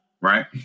Right